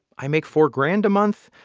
i make four grand a month.